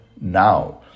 now